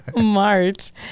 March